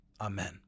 Amen